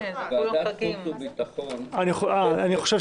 חוץ וביטחון --- אני חושב